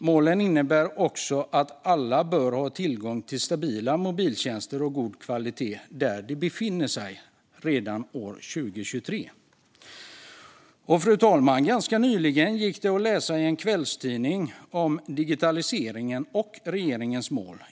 Målen innebär också att alla senast år 2023 ska ha tillgång till stabila mobila tjänster av god kvalitet där de normalt befinner sig. Ganska nyligen gick det att läsa i en kvällstidning om digitaliseringen och om regeringens mål.